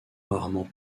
rarement